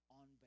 on